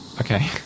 Okay